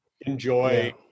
enjoy